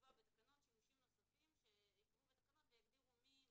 לקבוע בתקנות שימושים נוספים שייקבעו בתקנות ויגדירו מי,